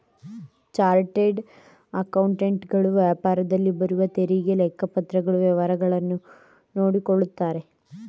chartered accountant ಗಳು ವ್ಯಾಪಾರದಲ್ಲಿ ಬರುವ ತೆರಿಗೆ, ಲೆಕ್ಕಪತ್ರಗಳ ವ್ಯವಹಾರಗಳನ್ನು ನೋಡಿಕೊಳ್ಳುತ್ತಾರೆ